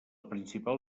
principal